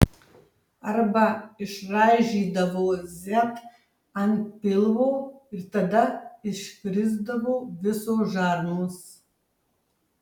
arba išraižydavo z ant pilvo ir tada iškrisdavo visos žarnos